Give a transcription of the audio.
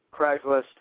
Craigslist